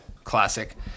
Classic